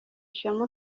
ishema